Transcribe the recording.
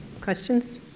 Questions